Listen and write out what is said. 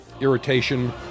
irritation